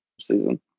season